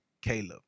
Caleb